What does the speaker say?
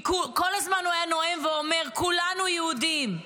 כי כל הזמן הוא היה נואם ואומר: כולנו יהודים,